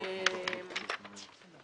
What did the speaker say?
אמרנו 83 ימים.